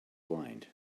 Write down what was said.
blind